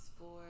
four